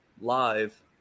live